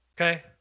Okay